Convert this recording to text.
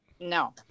No